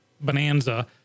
bonanza